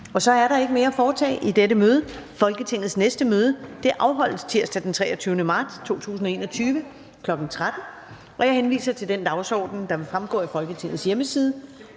Så er der ikke mere at foretage i dette møde. Folketingets næste møde afholdes tirsdag den 23. marts 2021, kl. 13.00. Jeg henviser til den dagsorden, der vil fremgå af Folketingets hjemmeside.